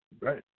Right